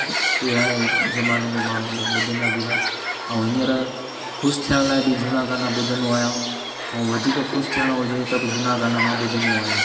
पहिरां जे ज़माने में माण्हू इलाही ॿुधंदा बि हुआ ऐं हींअर ख़ुशि थियण लाइ बि झूना गाना ॿुधंदो आहियां ऐं वधीक ख़ुशि थियणो हुजे त बि झूना गाना मां ॿुधंदो आहियां